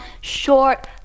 short